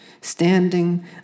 standing